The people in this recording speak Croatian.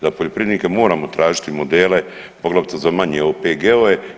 Za poljoprivrednike moramo tražiti modele poglavito za manje OPG-ove.